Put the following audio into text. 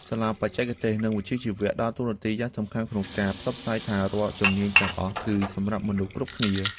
សាលាបច្ចេកទេស និងវិជ្ជាជីវៈដើរតួនាទីយ៉ាងសំខាន់ក្នុងការផ្សព្វផ្សាយថា រាល់ជំនាញទាំងអស់គឺសម្រាប់មនុស្សគ្រប់គ្នា។